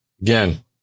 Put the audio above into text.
again